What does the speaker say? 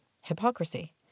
hypocrisy